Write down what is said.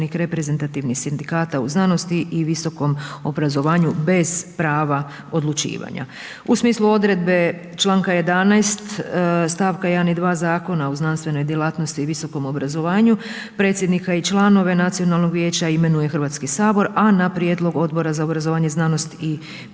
reprezentativnih sindikata u znanosti i visokom obrazovanju bez prava odlučivanja. U smislu odredbe članka 11. stavka 1. i 2. Zakona o znanstvenoj djelatnosti i visokom obrazovanju predsjednika i članove Nacionalnog vijeća imenuje Hrvatski sabor a na prijedlog Odbora za obrazovanje, znanost i kulturu